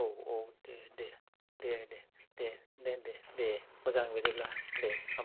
औ औ दे दे दे दे मोजां बिदिब्ला दे